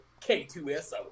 K2SO